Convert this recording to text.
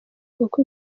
kuko